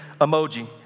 emoji